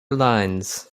lines